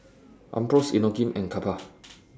Ambros Inokim and Kappa